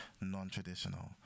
non-traditional